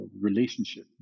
relationship